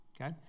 okay